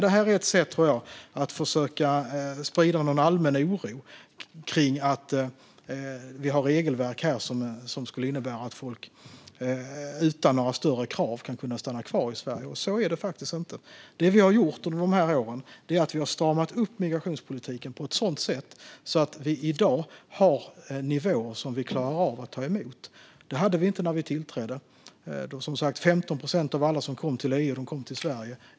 Det här är ett sätt att försöka sprida någon allmän oro om att vi har regelverk här som innebär att människor utan några större krav ska kunna stanna kvar i Sverige, och så är det faktiskt inte. Det vi har gjort under de här åren är att vi har stramat åt migrationspolitiken på ett sådant sätt att vi i dag har nivåer som vi klarar av att ta emot. Det hade vi inte när vi tillträdde. 15 procent av alla som kom till EU kom till Sverige.